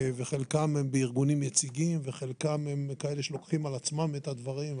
חלקם בארגונים יציגים וחלקם הם כאלה שלוקחים על עצמם את הדברים,